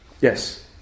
Yes